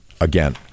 again